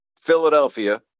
Philadelphia